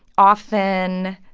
often,